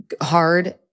hard